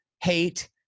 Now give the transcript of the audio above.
hate